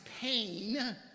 pain